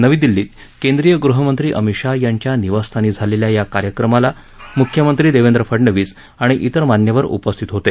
नवी दिल्लीत केंद्रीय गृहमंत्री अमित शाह यांच्या निवासस्थानी झालेल्या या कार्यक्रमाला मुख्यमंत्री देवेंद्र फडणवीस णि इतर मान्यवर उपस्थित होते